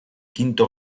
quinto